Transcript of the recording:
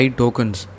tokens